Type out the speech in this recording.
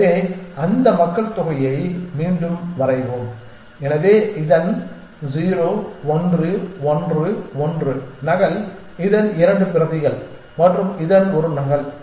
எனவே அந்த மக்கள்தொகையை மீண்டும் வரைவோம் எனவே இதன் 0 1 1 1 நகல் இதன் 2 பிரதிகள் மற்றும் இதன் ஒரு நகல்